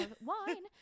Wine